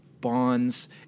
bonds